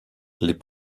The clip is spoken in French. les